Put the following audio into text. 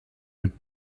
mit